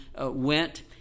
went